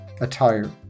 attire